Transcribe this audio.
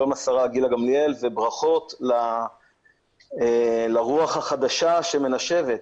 שלום לשרה גילה גמליאל וברכות לרוח החדשה שמנשבת.